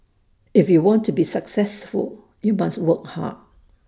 if you want to be successful you must work hard